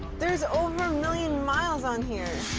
there's over a million miles on here.